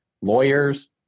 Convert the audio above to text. lawyers